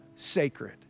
sacred